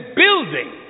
building